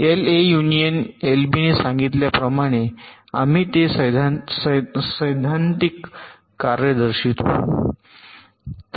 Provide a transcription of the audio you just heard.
LA union एलबीने सांगितल्याप्रमाणे आम्ही ते सैद्धांतिक कार्ये दर्शवितो